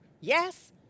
Yes